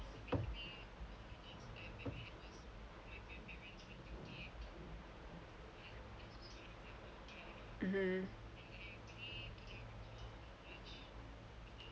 mmhmm